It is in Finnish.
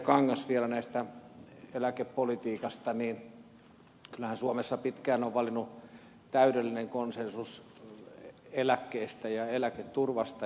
kangas vielä sanoi eläkepolitiikasta niin kyllähän suomessa pitkään on vallinnut täydellinen konsensus eläkkeistä ja eläketurvasta